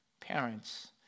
parents